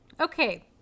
Okay